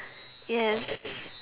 yes